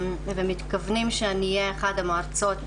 מתכוונים שאהיה אחת המרצות